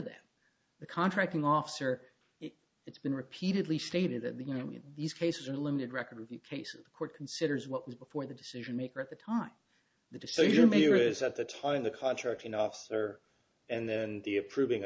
them the contracting officer it's been repeatedly stated that the union these cases unlimited record review cases the court considers what was before the decision maker at the time the decision made is at the time in the contract an officer and then the approving